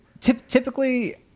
Typically